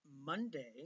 Monday